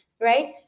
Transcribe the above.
Right